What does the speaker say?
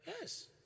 Yes